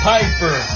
Piper